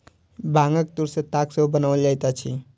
बांगक तूर सॅ ताग सेहो बनाओल जाइत अछि